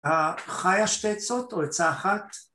‫החיה שתי עצות או עצה אחת.